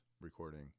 recording